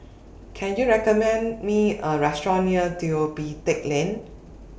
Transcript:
Can YOU recommend Me A Restaurant near Neo Pee Teck Lane